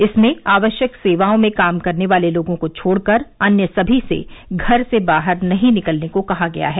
इसमें आवश्यक सेवाओं में काम करने वाले लोगों को छोडकर अन्य सभी से घर से बाहर नहीं निकलने को कहा गया है